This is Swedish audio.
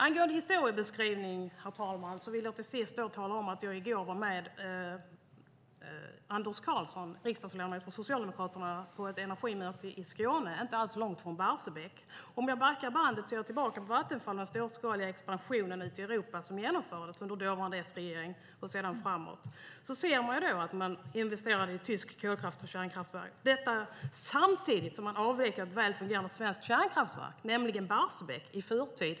Angående historiebeskrivning, herr talman, vill jag till sist tala om att jag i går var med Anders Karlsson, riksdagsledamot från Socialdemokraterna, på ett energimöte i Skåne, inte alls långt från Barsebäck. Backar man bandet och går tillbaka till Vattenfall under storskaliga expansionen ute i Europa som genomfördes under dåvarande S-regering och framåt ser man att det investerades i tysk kolkraft och kärnkraftverk. Detta skedde samtidigt som man avvecklade ett väl fungerande svenskt kärnkraftverk, nämligen Barsebäck, i förtid.